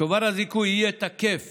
שובר הזיכוי יהיה תקף